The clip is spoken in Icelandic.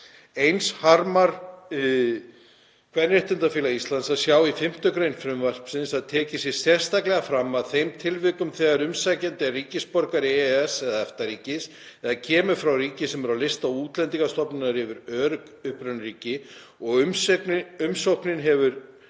Eins harmar Kvenréttindafélag Íslands að sjá í 5. grein frumvarpsins að tekið sé sérstaklega fram að í þeim tilvikum þegar umsækjandi er ríkisborgari EES- eða EFTA-ríkis eða kemur frá ríki sem er á lista Útlendingastofnunar yfir örugg upprunaríki og umsóknin hefur